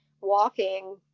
walking